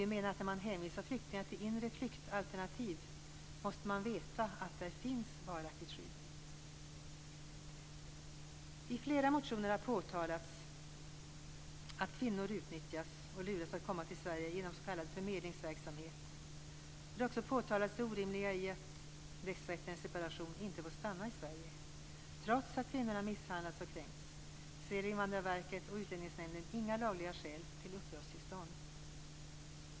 Vi menar att när man hänvisar flyktingar till inre flyktalternativ måste man veta att det finns ett varaktigt skydd. I flera motioner har påtalats att kvinnor utnyttjas och luras att komma till Sverige genom s.k. förmedlingsverksamhet. Det har också påtalats det orimliga i att dessa kvinnor vid en separation inte får stanna i Sverige. Trots att de har misshandlats och kränkts ser Invandrarverket och Utlänningsnämnden inga lagliga skäl till uppehållstillstånd.